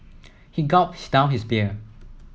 he gulped down his beer